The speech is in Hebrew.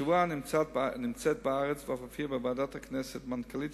השבוע נמצאת בארץ ואף הופיעה בוועדות הכנסת המנכ"לית